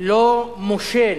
לא מושל,